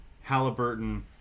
Halliburton